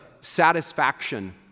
satisfaction